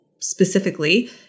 specifically